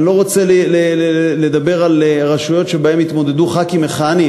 אני לא רוצה לדבר על רשויות שבהן התמודדו חברי כנסת מכהנים,